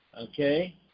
okay